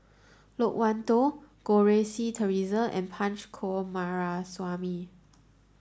Loke Wan Tho Goh Rui Si Theresa and Punch Coomaraswamy